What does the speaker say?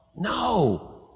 No